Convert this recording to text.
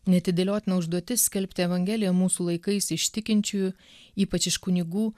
neatidėliotina užduotis skelbti evangeliją mūsų laikais iš tikinčiųjų ypač iš kunigų